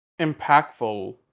impactful